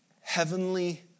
heavenly